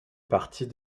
partie